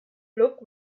look